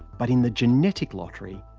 but in the genetic lottery,